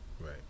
right